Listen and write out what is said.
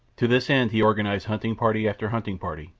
to this end he organized hunting party after hunting party,